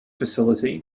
facility